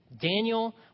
Daniel